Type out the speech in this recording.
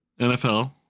NFL